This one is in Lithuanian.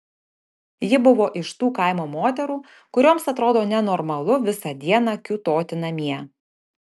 ji buvo iš tų kaimo moterų kurioms atrodo nenormalu visą dieną kiūtoti namie